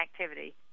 activity